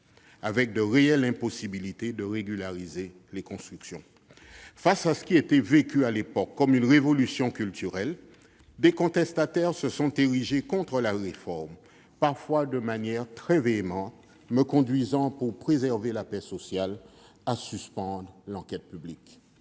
des constructions peut s'avérer impossible. Face à ce qui était vécu à l'époque comme une révolution culturelle, des contestataires se sont érigés contre la réforme, parfois de manière très véhémente, me conduisant, pour préserver la paix sociale, à suspendre l'enquête publique.